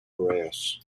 piraeus